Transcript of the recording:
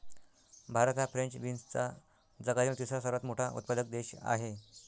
भारत हा फ्रेंच बीन्सचा जगातील तिसरा सर्वात मोठा उत्पादक देश आहे